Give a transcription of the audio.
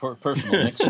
personal